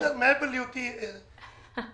מעבר להיותי ראש מועצה.